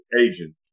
Agent